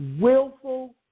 willful